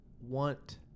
want